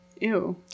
Ew